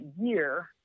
year